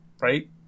Right